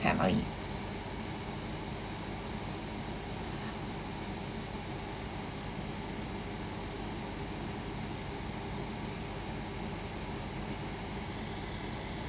family